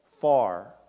far